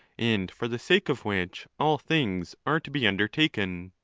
and for the sake of which all things are to be undertaken.